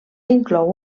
inclou